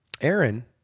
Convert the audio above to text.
Aaron